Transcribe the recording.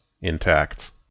intact